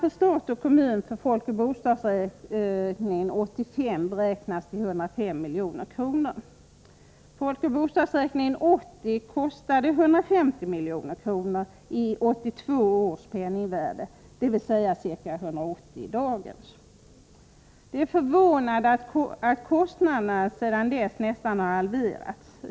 Det är förvånande att kostnaderna sedan dess nästan kan halveras.